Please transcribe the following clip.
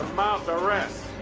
mouth a rest?